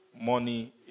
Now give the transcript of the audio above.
money